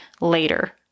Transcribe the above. later